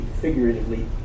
figuratively